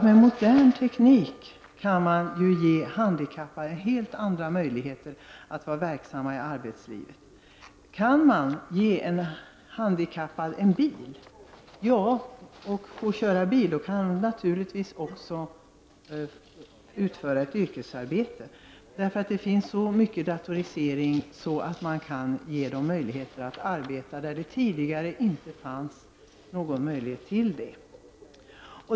Med modern teknik kan man ju ge handikappade helt andra möjligheter att vara verksamma i arbetslivet. Kan man ge en handikappad en bil och låta honom köra den, då kan han naturligtvis också utföra ett yrkesarbete. Det finns så mycket datorisering att man kan ge de handikappade möjligheter att arbeta där det tidigare inte fanns någon sådan möjlighet.